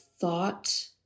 thought –